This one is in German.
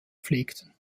pflegten